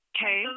Okay